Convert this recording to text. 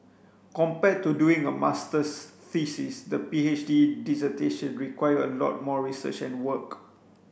compared to doing a masters thesis the P H D dissertation required a lot more research and work